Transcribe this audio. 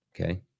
okay